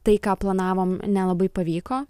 tai ką planavom nelabai pavyko